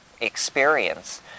experience